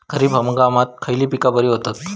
खरीप हंगामात खयली पीका बरी होतत?